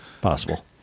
Possible